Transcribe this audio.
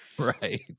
right